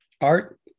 art